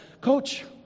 Coach